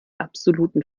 absoluten